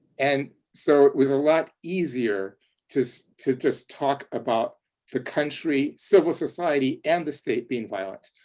and so it was a lot easier to to just talk about the country, civil society and the state being violent.